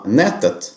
nätet